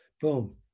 Boom